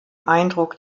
eindruck